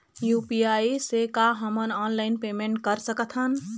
UPI से का हमन ऑनलाइन पेमेंट कर सकत हन?